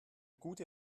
gute